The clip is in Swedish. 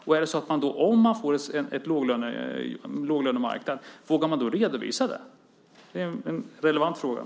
Och vågar ni, om vi får en låglönemarknad, redovisa det? Det är relevanta frågor.